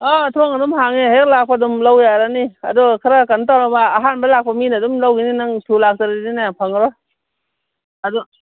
ꯑꯥ ꯊꯣꯡ ꯑꯗꯨꯝ ꯍꯥꯡꯉꯦ ꯍꯦꯛ ꯂꯥꯛꯄꯒ ꯑꯗꯨꯝ ꯂꯧ ꯌꯥꯔꯅꯤ ꯑꯗꯣ ꯈꯔ ꯀꯩꯅꯣ ꯇꯧꯔꯕ ꯑꯍꯥꯟꯕ ꯂꯥꯛꯄ ꯃꯤꯅ ꯑꯗꯨꯝ ꯂꯧꯈꯤꯅꯤ ꯅꯪ ꯊꯨꯅ ꯂꯥꯛꯇ꯭ꯔꯗꯤꯅꯦ ꯐꯪꯂꯔꯣꯏ ꯑꯗꯨ